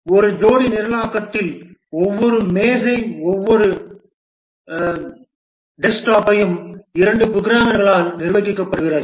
ஒரு ஜோடி நிரலாக்கத்தில் ஒவ்வொரு மேசை ஒவ்வொரு டெஸ்க்டாப்பையும் இரண்டு புரோகிராமர்களால் நிர்வகிக்கப்படுகிறது